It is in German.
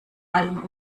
allem